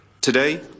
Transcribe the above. Today